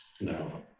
No